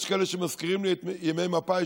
יש כאלה שמזכירים לי את ימי מפא"י,